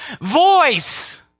voice